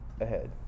ahead